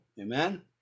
Amen